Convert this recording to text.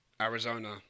Arizona